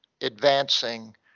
advancing